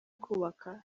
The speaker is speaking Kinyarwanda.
kubaka